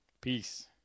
Peace